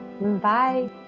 bye